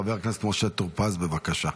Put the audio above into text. חבר הכנסת משה טור פז, בבקשה.